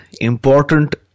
important